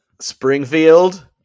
Springfield